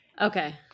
Okay